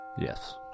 yes